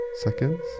seconds